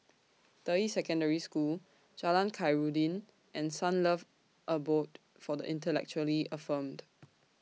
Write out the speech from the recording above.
Deyi Secondary School Jalan Khairuddin and Sunlove Abode For The Intellectually Infirmed